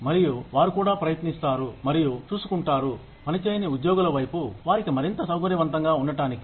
మరియు వారు కూడా ప్రయత్నిస్తారు మరియు చూసుకుంటారు పనిచేయని ఉద్యోగుల వైపు వారికి మరింత సౌకర్యవంతంగా ఉండటానికి